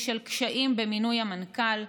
בשל קשיים במינוי מנכ"ל,